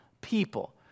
people